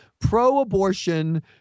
pro-abortion